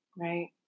Right